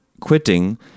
quitting